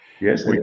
Yes